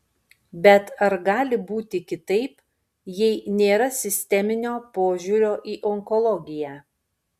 bet ar gali būti kitaip jei nėra sisteminio požiūrio į onkologiją